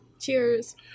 Cheers